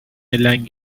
لنگ